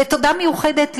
ותודה מיוחדת ליוסי,